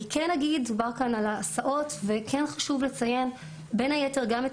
דובר כאן על ההסעות וכן חשוב לציין בין היתר גם את